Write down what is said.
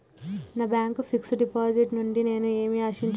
నా bank fixed deposit నుండి నేను ఏమి ఆశించాలి?